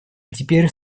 теперь